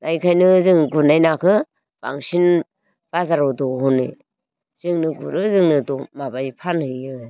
दा बहिखायनो जों गुरनाय नाखौ बांसिन बाजाराव दिहुनो जोंनो गुरो जोंनो माबायो फानहैयो